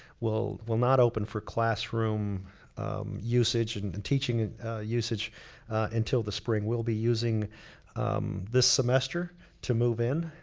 will will not open for classroom usage and and teaching usage until the spring. we'll be using this semester to move in.